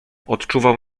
odczuwał